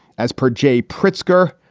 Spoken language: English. as per jay pritzker,